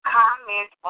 comment